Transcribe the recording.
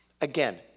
Again